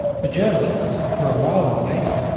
for journalists, for a while at least,